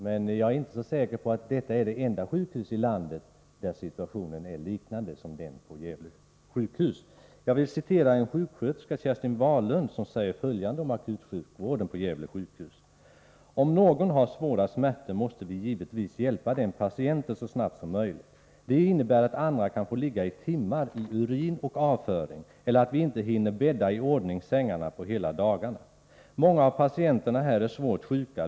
Men jag är inte säker på att Gävle sjukhus är det enda sjukhus i landet där situationen är denna. Jag vill citera en sjuksköterska, Kerstin Wahlund. Hon säger följande om akutsjukvården på Gävle sjukhus: ”Om någon har svåra smärtor måste vi givetvis hjälpa den patienten så snabbt som möjligt. Det innebär att andra kan få ligga i timmar i urin och avföring eller att vi inte hinner bädda i ordning sängarna på hela dagarna. Många av patienterna här är svårt sjuka.